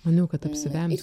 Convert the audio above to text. maniau kad apsivemsiu